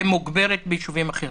ומוגברת בישובים אחרים.